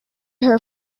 her